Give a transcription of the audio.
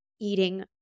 eating